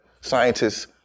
scientists